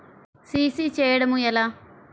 CC చేయడము ఎలా?